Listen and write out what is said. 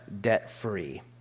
debt-free